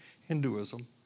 Hinduism